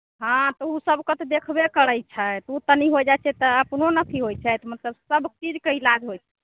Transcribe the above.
हॅं तऽ ओ सब के तऽ देखबे करै छै तऽ ओ तनी होइ जाइ छै तऽ अपनो ने अथी होइ छै मतलब सब चीज के इलाज होइ छै